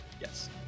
Yes